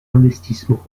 investissements